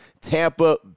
Tampa